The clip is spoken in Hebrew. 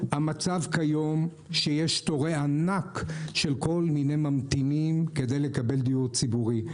המצב כיום הוא שיש תורי ענק של כל מיני ממתינים כדי לקבל דיור ציבורי.